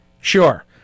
Sure